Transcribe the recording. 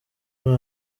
muri